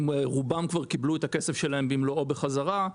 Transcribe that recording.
רובם כבר קיבלו את הכסף שלהם בחזרה במלואו.